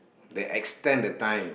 they extend the time